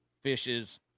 fishes